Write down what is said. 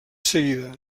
seguida